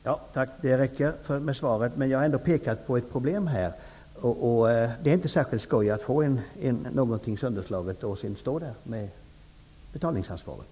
Fru talman! Tack, det svaret räcker. Men jag har ändå pekat på ett problem. Det är inte särskilt skojigt att få någonting sönderslaget och sedan stå där med betalningsansvaret.